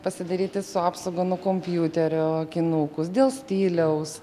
pasidaryti su apsauga nuo kompiuterio akinukus dėl stiliaus